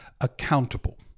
accountable